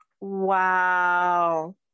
Wow